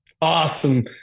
awesome